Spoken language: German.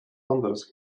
anderes